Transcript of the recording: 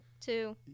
Two